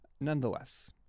Nonetheless